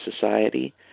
society